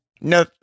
No